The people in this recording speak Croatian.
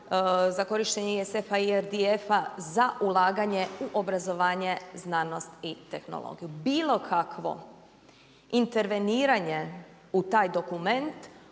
se ne razumije./… za ulaganje u obrazovanje, znanost i tehnologiju. Bilo kakvo interveniranje u taj dokument